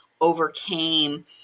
overcame